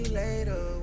later